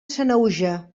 sanaüja